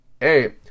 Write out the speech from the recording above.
hey